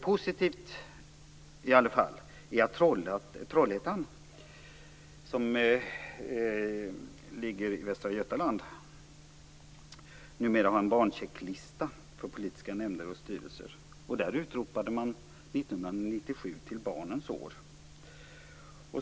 Positivt är i alla fall att Trollhättan, som ligger i Västra Götaland, numera har en barnchecklista för politiska nämnder och styrelser. Där utropade man 1997 till barnens år.